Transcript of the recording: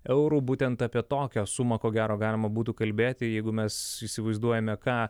eurų būtent apie tokią sumą ko gero galima būtų kalbėti jeigu mes įsivaizduojame ką